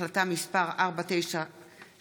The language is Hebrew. החלטה מס' 922,